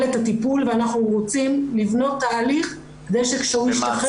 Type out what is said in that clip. את הטיפול ואנחנו רוצים לבנות תהליך כדי שכשהוא משתחרר